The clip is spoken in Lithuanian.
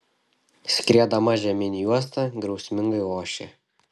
skriedama žemyn juosta griausmingai ošė